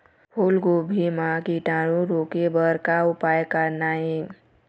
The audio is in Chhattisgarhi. फूलगोभी म कीटाणु रोके बर का उपाय करना ये?